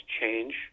change